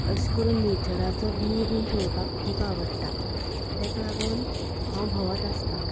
अशें करून नेचराचो व्हूव बी पळोपाक खूब आवडटा ताका लागून हांव भोंवत आसतां